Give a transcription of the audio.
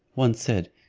one said,